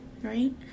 right